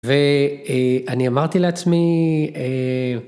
ואני אמרתי לעצמי...